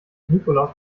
nikolaus